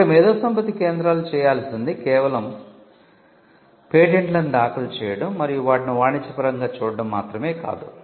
కాబట్టి మేధోసంపత్తి కేంద్రాలు చేయాల్సింది కేవలం పేటెంట్లను దాఖలు చేయడం మరియు వాటిని వాణిజ్యపరంగా చూడటం మాత్రమే కాదు